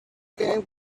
game